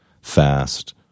fast